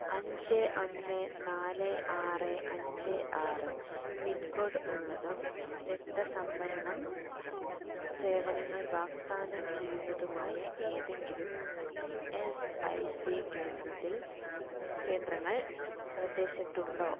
അഞ്ച് ഒന്ന് നാല് ആറ് അഞ്ച് ആറ് പിൻകോഡ് ഉള്ളതും രക്ത സംഭരണം സേവനങ്ങൾ വാഗ്ദാനം ചെയ്യുന്നതുമായ ഏതെങ്കിലും ഇ എസ് ഐ സി കേന്ദ്രത്തിൽ കേന്ദ്രങ്ങൾ പ്രദേശത്തുണ്ടോ